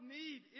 need